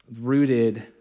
rooted